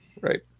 Right